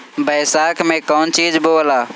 बैसाख मे कौन चीज बोवाला?